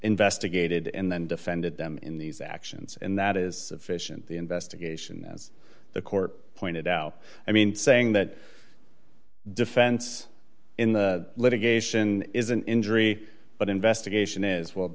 investigated and then defended them in these actions and that is sufficient the investigation as the court pointed out i mean saying that defense in the litigation is an injury but investigation is well